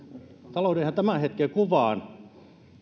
talouden ihan tämän hetken kuvaan